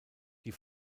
die